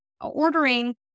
ordering